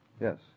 Yes